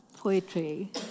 poetry